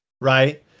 right